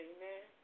Amen